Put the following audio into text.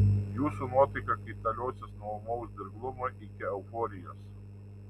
jūsų nuotaika kaitaliosis nuo ūmaus dirglumo iki euforijos